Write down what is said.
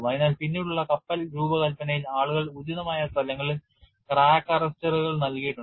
അതിനാൽ പിന്നീടുള്ള കപ്പൽ രൂപകൽപ്പനയിൽ ആളുകൾ ഉചിതമായ സ്ഥലങ്ങളിൽ ക്രാക്ക് അറസ്റ്ററുകൾ നൽകിയിട്ടുണ്ട്